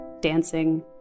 dancing